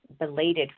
belated